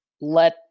let